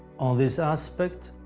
on this aspect,